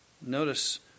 Notice